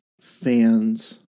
fans